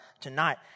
tonight